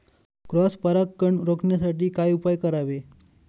Cross परागकण रोखण्यासाठी काय उपाय करावे?